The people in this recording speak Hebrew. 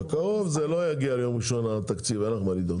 התקציב לא יגיע ביום ראשון, אין לך מה לדאוג.